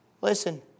Listen